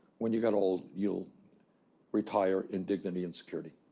when you get old, you'll retire in dignity and security.